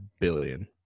billion